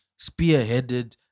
spearheaded